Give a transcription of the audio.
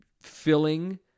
filling